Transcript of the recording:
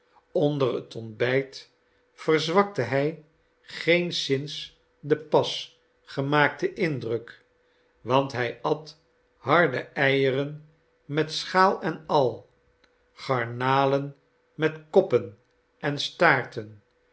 onder het ontbijt verzwakte hij geenszins den pas gemaakten indruk want hij at harde eieren met schaal en al garnalen met koppen en staarten